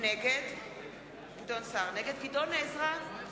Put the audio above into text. נגד גדעון עזרא,